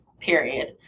period